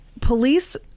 Police